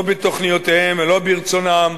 לא בתוכניותיהם ולא ברצונם.